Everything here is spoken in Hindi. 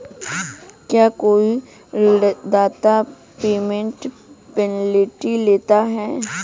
क्या कोई ऋणदाता प्रीपेमेंट पेनल्टी लेता है?